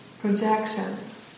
projections